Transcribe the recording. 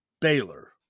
Baylor